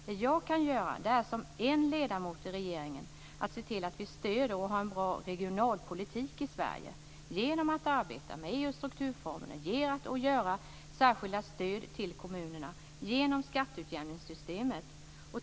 Vad jag kan göra, som en ledamot i regeringen, är att se till att vi stöder regionerna och har en bra regionalpolitik i Sverige - genom att arbeta med EU:s strukturfonder, genom att ge särskilda stöd till kommunerna och genom skatteutjämningssystemet.